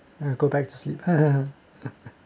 ya go back to sleep